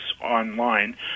online